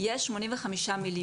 יש 85 מיליון.